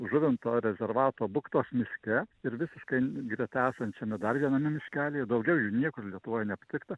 žuvinto rezervato buktos miške ir visiškai greta esančiame dar viename miškelyje daugiau jų niekur lietuvoj neaptikta